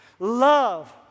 love